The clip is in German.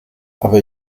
aber